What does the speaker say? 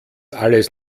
alles